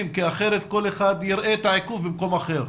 כי אחרת כל אחד יראה את העיכוב במקום אחר.